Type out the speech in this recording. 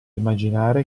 immaginare